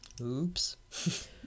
Oops